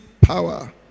power